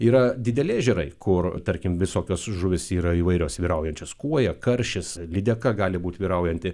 yra dideli ežerai kur tarkim visokios žuvys yra įvairios vyraujančios kuoja karšis lydeka gali būt vyraujanti